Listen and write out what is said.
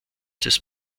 des